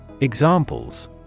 Examples